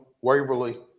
Waverly